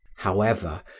however,